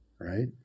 right